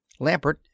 Lampert